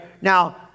Now